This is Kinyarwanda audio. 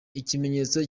ikimenyetso